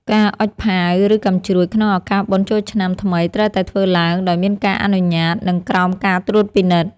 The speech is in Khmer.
ការអុជផាវ ឬកាំជ្រួចក្នុងឱកាសបុណ្យចូលឆ្នាំថ្មីត្រូវតែធ្វើឡើងដោយមានការអនុញ្ញាត និងក្រោមការត្រួតពិនិត្យ។